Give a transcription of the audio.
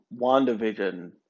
WandaVision